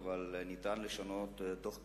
אבל ניתן לשנות תוך כדי,